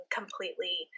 completely